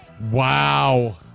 Wow